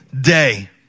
day